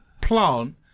plant